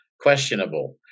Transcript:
questionable